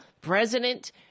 president